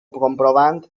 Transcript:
comprovant